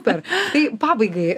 per tai pabaigai